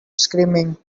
screaming